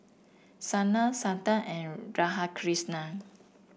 Sanal Santha and Radhakrishnan